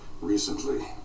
recently